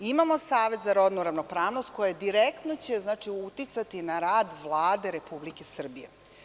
Imamo Savet za rodnu ravnopravnost, koji će direktno uticati na rad Vlade Republike Srbije.